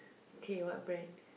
okay what brand